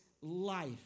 life